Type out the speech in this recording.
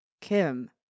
Kim